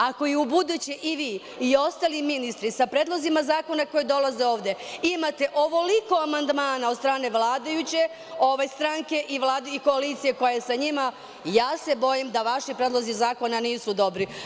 Ako i ubuduće i vi i ostali ministri, sa predlozima zakona koji dolaze ovde, imate ovoliko amandmana od strane vladajuće stranke i koalicije koja je sa njima, ja se bojim da vaši predlozi zakona nisu dobri.